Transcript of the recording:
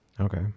Okay